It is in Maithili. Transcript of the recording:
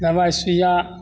दबाइ सूइया